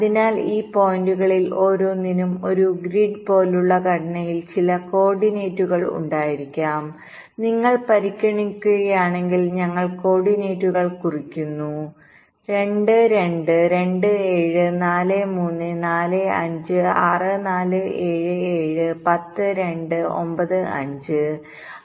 അതിനാൽ ഈ പോയിന്റുകളിൽ ഓരോന്നിനും ഒരു ഗ്രിഡ് പോലുള്ള ഘടനയിൽ ചില കോർഡിനേറ്റുകൾ ഉണ്ടായിരിക്കും നിങ്ങൾ പരിഗണിക്കുകയാണെങ്കിൽ ഞാൻ കോർഡിനേറ്റുകൾ കുറിക്കുന്നു 2 2 2 7 4 3 4 5 6 4 7 7 10 2 9 5